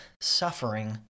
suffering